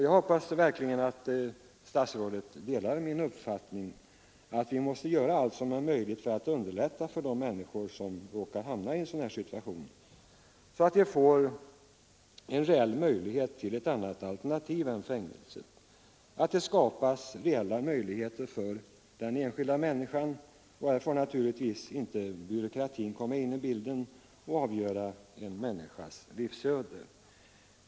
Jag hoppas verkligen att statsrådet delar min uppfattning att vi måste göra allt som är möjligt för att underlätta för de människor som råkar hamna i en sådan situation att få en reell möjlighet till ett annat alternativ än fängelset och att det skapas reella möjligheter för den enskilda människan. Byråkratin får inte avgöra en människas livsöde.